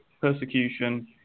persecution